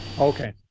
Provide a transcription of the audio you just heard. Okay